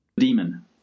demon